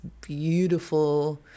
beautiful